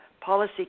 policy